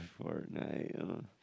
Fortnite